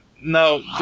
No